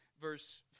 verse